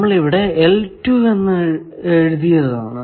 നമ്മൾ ഇവിടെ എഴുതുന്നതാണ്